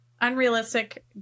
unrealistic